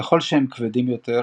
ככל שהם כבדים יותר,